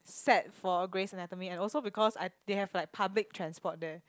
set for grey's anatomy and also because I they have public transport there